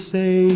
say